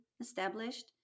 established